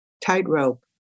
tightrope